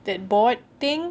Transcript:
the board thing